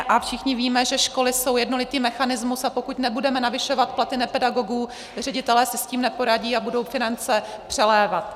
A všichni víme, že školy jsou jednolitý mechanismus, a pokud nebudeme navyšovat platy nepedagogů, ředitelé si s tím neporadí a budou finance přelévat.